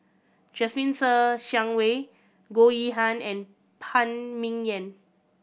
Jasmine Ser Xiang Wei Goh Yihan and Phan Ming Yen